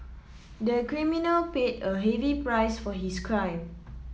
the criminal paid a heavy price for his crime